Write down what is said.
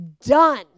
done